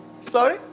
Sorry